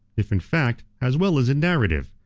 if in fact, as well as in narrative,